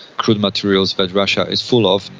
crude materials that russia is full of,